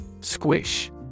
Squish